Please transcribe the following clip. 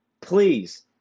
Please